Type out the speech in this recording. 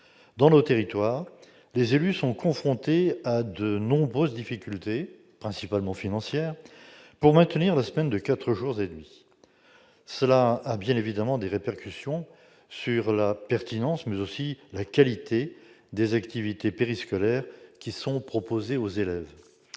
Dans nos territoires, les élus sont confrontés à de nombreuses difficultés, principalement financières, pour maintenir la semaine de quatre jours et demi. Bien entendu, cette situation a des répercussions sur la pertinence, mais aussi sur la qualité des activités périscolaires qui sont proposées aux élèves.